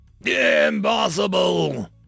Impossible